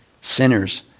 sinners